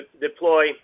deploy